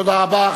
תודה רבה.